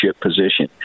position